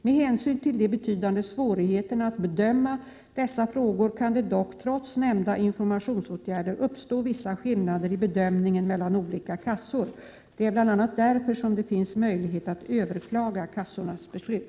Med hänsyn till de betydande svårigheterna att bedöma dessa frågor kan det dock, trots nämnda informationsåtgärder, uppstå vissa skillnader i bedömningen mellan olika kassor. Det är bl.a. därför som det finns möjlighet att överklaga kassornas beslut.